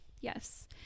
yes